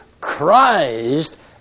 Christ